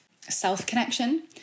self-connection